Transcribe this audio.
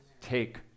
take